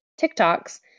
TikToks